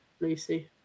Lucy